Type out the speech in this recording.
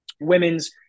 women's